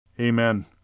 Amen